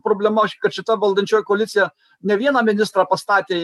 problema kad šita valdančioji koalicija ne vieną ministrą pastatė